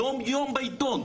יום-יום בעיתון.